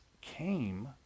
came